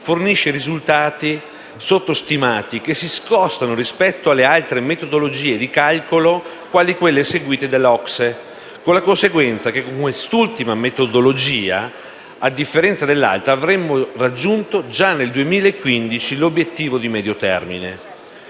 fornisce risultati sottostimati, che si scostano rispetto ad altre metodologie di calcolo quali quelle seguite dall'OCSE, con la conseguenza che con quest'ultima metodologia, a differenza dell'altra, avremmo raggiunto già nel 2015 l'obiettivo di medio termine.